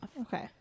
Okay